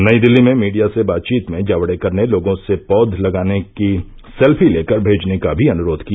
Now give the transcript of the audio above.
नई दिल्ली में मीडिया से बातचीत में जावड़ेकर ने लोगों से पौध लगाने की सेल्फी लेकर भेजने का भी अनुरोध किया